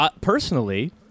personally